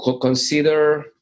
consider